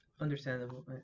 Understandable